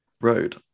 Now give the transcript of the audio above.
road